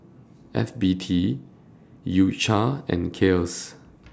F B T U Cha and Kiehl's